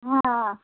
हँ